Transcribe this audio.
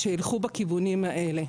שילכו בכיוונים האלה.